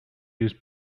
use